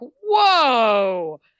whoa